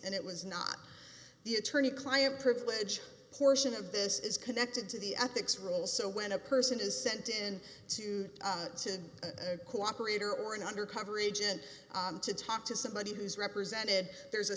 and it was not the attorney client privilege portion of this is connected to the ethics rules so when a person is sent in to to cooperate or or an undercover agent to talk to somebody who's represented there's a